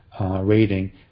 rating